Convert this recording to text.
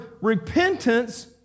repentance